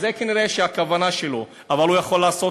וזו כנראה הכוונה שלו, הוא יכול לעשות